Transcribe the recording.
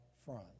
front